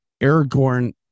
Aragorn